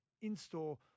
in-store